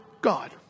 god